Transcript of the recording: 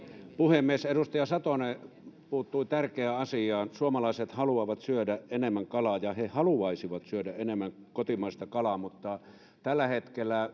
puhemies edustaja satonen puuttui tärkeään asiaan suomalaiset haluavat syödä enemmän kalaa ja he haluaisivat syödä enemmän kotimaista kalaa mutta tällä hetkellä